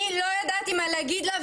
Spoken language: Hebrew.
אני לא ידעתי מה להגיד לה,